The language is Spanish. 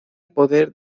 poder